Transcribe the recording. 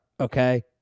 okay